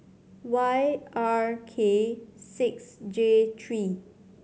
Y R K six J three